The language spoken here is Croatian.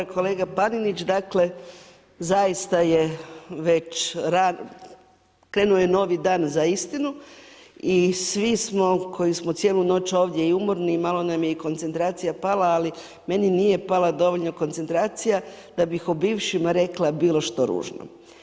Kolega Panenić, dakle zaista je već rano, krenuo je novi dan za istinu, i svi smo koji smo cijelu noć ovdje i umorni i malo nam je i koncentracija pala ali meni nije pala dovoljno koncentracija da bih o bivšima rekla bilo što ružno.